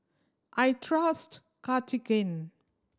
I trust Cartigain